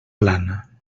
plana